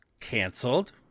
canceled